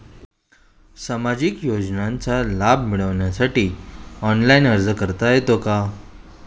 सामाजिक योजनांचा लाभ मिळवण्यासाठी ऑनलाइन अर्ज करता येतो का?